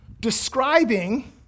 describing